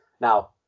now